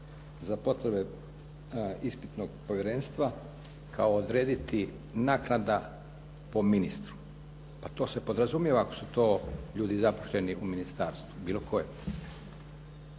za potrebe ispitnog povjerenstva kao odrediti naknada po ministru. Pa to se podrazumijeva ako su ljudi zaposleni u ministarstvu bilo kojem.